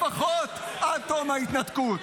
-- לפחות עד תום ההתנתקות.